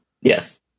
yes